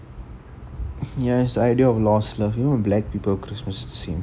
yes idea of lost love you know black people christmas scene